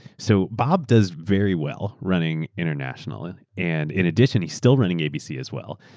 so bob does very well running international and in addition, he still running abc as well.